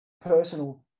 personal